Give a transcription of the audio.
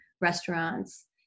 restaurants